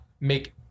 make